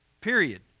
Period